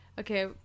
okay